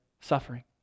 suffering